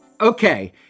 Okay